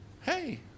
Hey